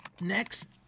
Next